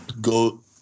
go